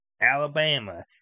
Alabama